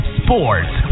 sports